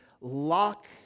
Lock